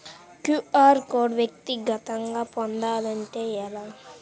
QR code వ్యక్తిగతంగా పొందాలంటే ఎలా?